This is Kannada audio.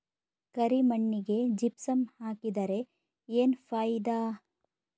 ಕರಿ ಮಣ್ಣಿಗೆ ಜಿಪ್ಸಮ್ ಹಾಕಿದರೆ ಏನ್ ಫಾಯಿದಾ?